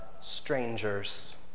strangers